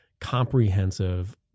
comprehensive